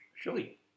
surely